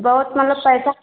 बहुत मतलब पैसा